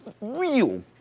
real